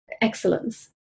excellence